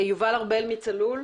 יובל ארבל מצלול,